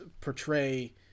portray